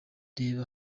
reba